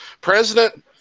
President